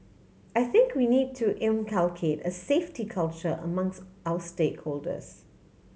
I think we need to inculcate a safety culture amongst our stakeholders